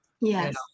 Yes